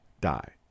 die